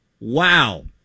Wow